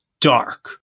dark